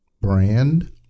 brand